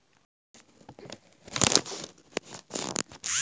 ಬಡ್ಡಿಯು ಸಾಲಗಾರನಿಗೆ ಸಾಲದಲ್ಲಿ ತೊಡಗಿಸಿಕೊಳ್ಳಲು ಪ್ರೋತ್ಸಾಹವನ್ನು ನೀಡುತ್ತದೆ